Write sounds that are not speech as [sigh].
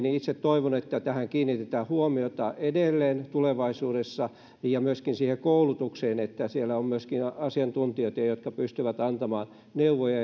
[unintelligible] itse toivon että näihin sisäilmaongelmiin kiinnitetään huomiota edelleen tulevaisuudessa ja myöskin siihen koulutukseen niin että on myöskin asiantuntijoita jotka pystyvät antamaan neuvoja [unintelligible]